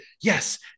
yes